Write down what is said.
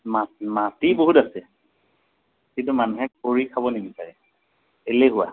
মা মাটি বহুত আছে কিন্তু মানুহে কৰি খাব নিবিচাৰে এলেহুৱা